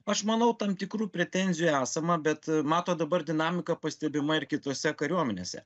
aš manau tam tikrų pretenzijų esama bet matot dabar dinamika pastebima ir kitose kariuomenėse